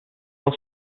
was